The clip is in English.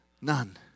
None